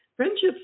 Friendships